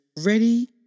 ready